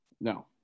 no